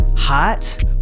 Hot